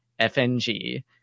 FNG